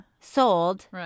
sold